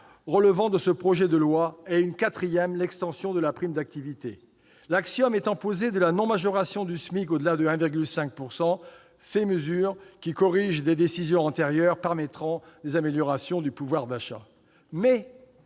relevant de ce projet de loi, et par une quatrième, l'extension de la prime d'activité. L'axiome étant posé de la non-majoration du SMIC au-delà de 1,5 %, ces mesures, qui corrigent des décisions antérieures, permettront des améliorations du pouvoir d'achat.